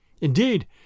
Indeed